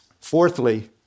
Fourthly